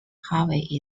harvey